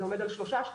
זה עומד על 3 שקלים,